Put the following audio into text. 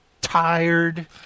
tired